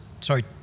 sorry